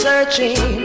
Searching